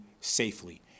safely